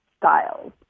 styles